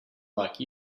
like